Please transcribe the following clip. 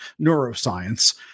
neuroscience